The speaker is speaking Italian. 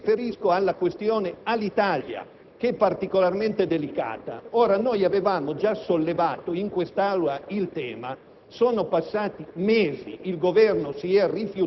discusso all'esterno delle sedi competenti, mi riferisco alla vicenda Alitalia che è particolarmente delicata. Ora, noi avevamo già sollevato in quest'Aula la